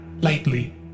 lightly